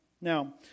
Now